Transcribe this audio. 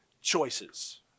choices